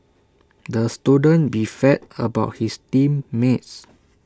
the student about his team mates